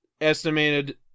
estimated